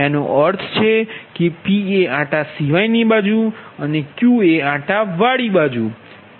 એનો અર્થ એ કે P એ આંટા સિવાય ની બાજુ છે અને Q એ આંટા વાડી બાજુ છે